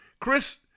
Chris